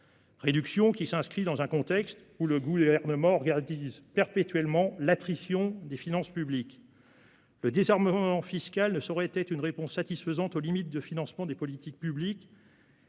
Réduction qui s'inscrit dans un contexte où le Gouvernement organise perpétuellement l'attrition des finances publiques. Le désarmement fiscal ne saurait être une réponse satisfaisante aux limites de financement des politiques publiques,